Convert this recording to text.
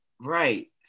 Right